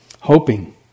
hoping